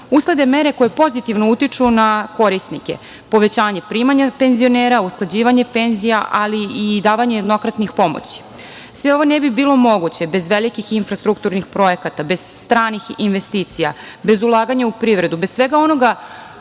uslede mere koje pozitivno utiču na korisnike, povećanje primanja penzionera, usklađivanje penzija, ali i davanje jednokratnih pomoći. Sve ovo ne bi bilo moguće bez velikih infrastrukturnih projekata, bez stranih investicija, bez ulaganja u privredu, bez svega onoga